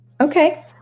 Okay